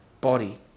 body